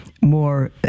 more